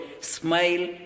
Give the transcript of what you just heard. smile